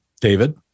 David